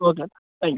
okay thank you